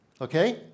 Okay